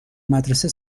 مدرسه